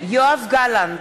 יואב גלנט,